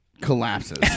collapses